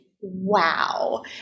wow